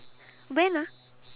when ah